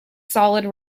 solid